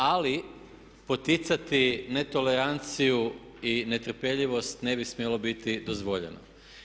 Ali poticati netoleranciju i netrpeljivost ne bi smjelo biti dozvoljeno.